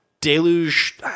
deluge